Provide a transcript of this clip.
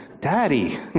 Daddy